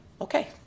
Okay